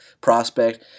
prospect